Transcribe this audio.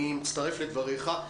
אני מצטרף לדבריך.